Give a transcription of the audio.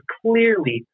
clearly